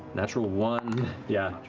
natural one, yeah.